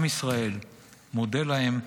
עם ישראל מודה להם,